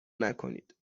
نکنید